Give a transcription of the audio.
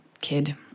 kid